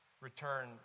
return